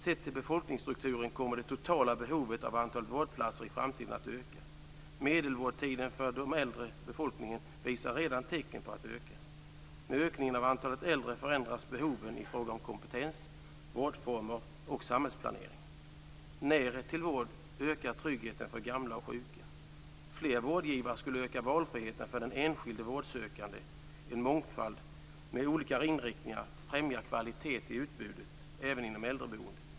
Sett till befolkningsstrukturen kommer det totala behovet av vårdplatser i framtiden att öka. Medelvårdtiden för den äldre befolkningen visar redan tecken på att öka. Med ökningen av antalet äldre förändras behoven i fråga om kompetens, vårdformer och samhällsplanering. Närhet till vård ökar tryggheten för gamla och sjuka. Fler vårdgivare skulle öka valfriheten för den enskilde vårdsökande. En mångfald med olika inriktningar främjar kvalitet i utbudet, även inom äldreboendet.